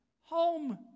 home